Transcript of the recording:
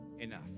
enough